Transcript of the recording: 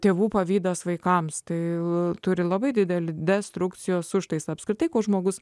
tėvų pavydas vaikams tai turi labai didelį destrukcijos užtaisą apskritai kuo žmogus